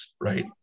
right